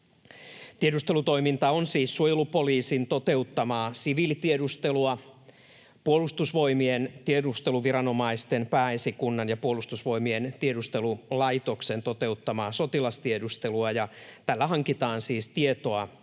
Tiedustelutoiminta on siis suojelupoliisin toteuttamaa siviilitiedustelua, Puolustusvoimien tiedusteluviranomaisten, Pääesikunnan ja Puolustusvoimien tiedustelulaitoksen toteuttamaa sotilastiedustelua, ja tällä hankitaan siis tietoa